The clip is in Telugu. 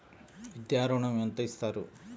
విద్యా ఋణం ఎంత ఇస్తారు?